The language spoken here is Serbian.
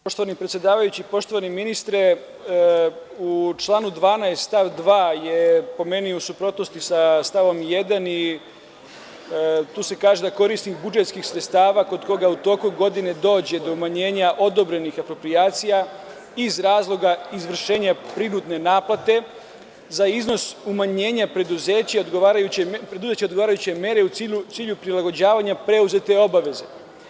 Poštovani predsedavajući, poštovani ministre, u članu 12. stav 2. je po meni u suprotnosti sa stavom 1. i tu se kaže da: „Korisnik budžetskih sredstava kod koga u toku godine dođe do umanjenja odobrenih aproprijacija iz razloga izvršenja prinudne naplate za iznos umanjenja preduzeća, preduzeće odgovarajuće mere u cilju prilagođavanja preuzete obaveze“